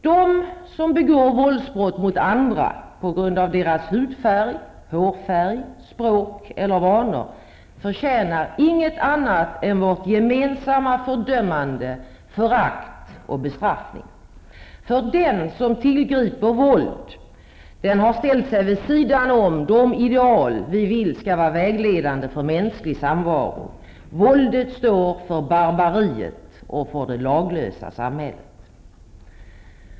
De som begår våldsbrott mot andra på grund av deras hudfärg, hårfärg, språk eller vanor förtjänar inte annat än vårt gemensamma fördömande, förakt och bestraffning. För den som tillgriper våld har ställt sig vid sidan av de ideal som vi vill skall vara vägledande för mänsklig samvaro. Våldet står för barbariet och för det laglösa samhället.